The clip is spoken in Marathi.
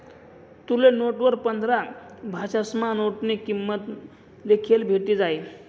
तुले नोटवर पंधरा भाषासमा नोटनी किंमत लिखेल भेटी जायी